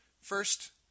First